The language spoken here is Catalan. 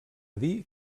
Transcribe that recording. dir